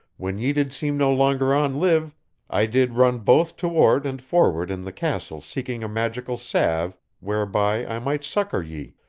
when ye did seem no longer on live i did run both toward and forward in the castle seeking a magical salve whereby i might succor ye,